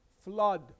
flood